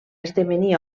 esdevenir